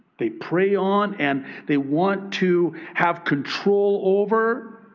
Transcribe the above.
they prey on and they want to have control over.